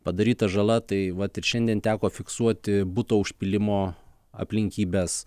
padaryta žala tai vat ir šiandien teko fiksuoti buto užpylimo aplinkybes